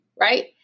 right